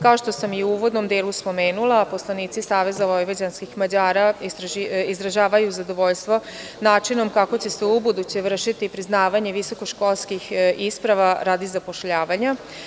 Kao što sam u uvodnom delu spomenula poslanici SVM izražavaju zadovoljstvo načinom kako će se u buduće vršiti priznavanje visokoškolskih isprava radi zapošljavanja.